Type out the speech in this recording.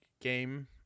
game